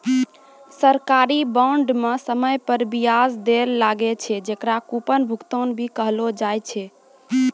सरकारी बांड म समय पर बियाज दैल लागै छै, जेकरा कूपन भुगतान भी कहलो जाय छै